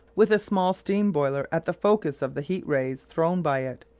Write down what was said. with a small steam-boiler at the focus of the heat rays thrown by it,